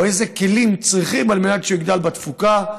איזה כלים צריכים על מנת שיגדל בתפוקה.